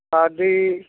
ਸਾਡੀ